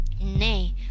Nay